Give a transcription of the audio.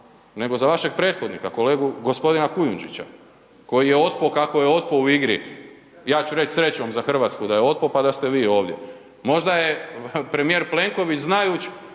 nego za vašeg prethodnika, kolegu gospodina Kujundžića koji je otpo kako je otpo u igri. Ja ću reć srećom za Hrvatsku da je otpo pa da ste vi ovdje. Možda je premijer Plenković znajuć